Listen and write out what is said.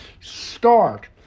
start